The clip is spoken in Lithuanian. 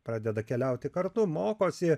pradeda keliauti kartu mokosi